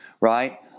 right